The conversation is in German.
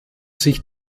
sich